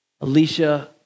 Alicia